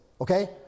okay